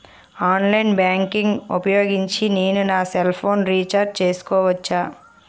Online banking ఊపోయోగించి నేను నా సెల్ ఫోను ని రీఛార్జ్ చేసుకోవచ్చా?